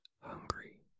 hungry